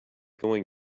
going